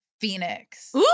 Phoenix